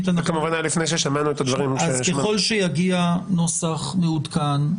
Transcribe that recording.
ככל שיגיע נוסח מעודכן,